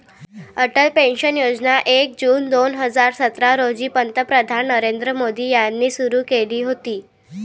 Atal pension योजना एक जून दोन हजार सतरा रोजी पंतप्रधान नरेंद्र मोदी यांनी सुरू केली होती